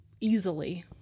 easily